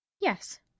Yes